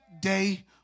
day